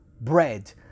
bread